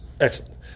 Excellent